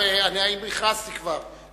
אני הכרזתי כבר,